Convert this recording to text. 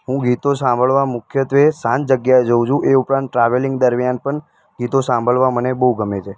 હું ગીતો સાંભળવા મુખ્યત્ત્વે શાંત જગ્યાએ જાઉં છું એ ઉપરાંત ટ્રાવેલિંગ દરમ્યાન પણ ગીતો સાંભળવા મને બહુ ગમે છે